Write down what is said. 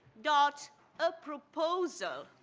dot a proposal.